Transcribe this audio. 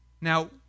Now